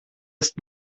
ist